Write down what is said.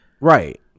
Right